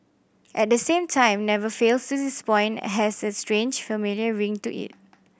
at the same time never fails to disappoint has a strange familiar ring to it